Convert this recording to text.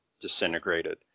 disintegrated